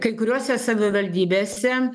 kai kuriose savivaldybėse